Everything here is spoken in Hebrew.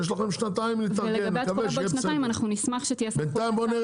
יש לכם שנתיים להתארגן, נקווה שיהיה בסדר.